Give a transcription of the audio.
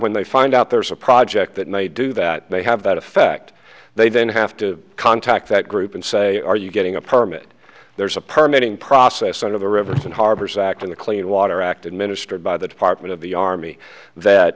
when they find out there's a project that may do that they have that effect they then have to contact that group and say are you getting a permit there's a permit in process one of the rivers and harbors act in the clean water act administered by the department of the army that